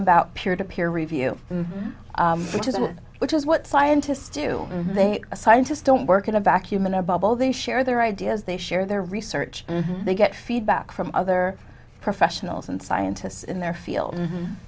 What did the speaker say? about peer to peer review which is an which is what scientists do they scientists don't work in a vacuum in a bubble they share their ideas they share their research they get feedback from other professionals and scientists in their field